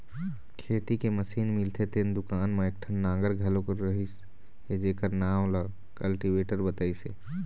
खेती के मसीन मिलथे तेन दुकान म एकठन नांगर घलोक रहिस हे जेखर नांव ल कल्टीवेटर बतइस हे